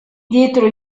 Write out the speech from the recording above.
dietro